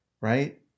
right